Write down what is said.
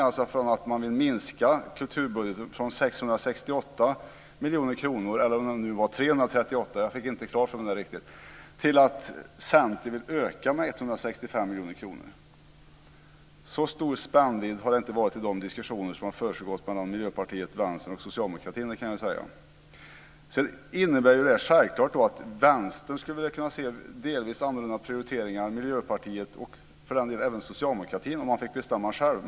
Den går från att man vill minska kulturbudgeten med 668 miljoner kronor, eller om det nu var 338 miljoner, jag fick inte det riktigt klart för mig, till att Centern vill öka med 165 miljoner kronor. Så stor spännvidd har det inte varit i de diskussioner som har försiggått mellan Miljöpartiet, Vänstern och socialdemokratin, det kan jag säga. Det innebär självklart att Vänstern delvis skulle kunna se andra prioriteringar, liksom Miljöpartiet och för den delen även socialdemokratin, om de fick bestämma själva.